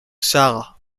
sahara